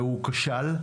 וזה כשל,